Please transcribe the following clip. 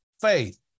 faith